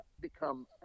become